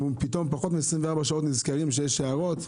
פחות מ-24 שעות הם פתאום נזכרים שיש הערות.